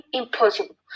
impossible